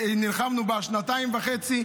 שנלחמנו שנתיים וחצי,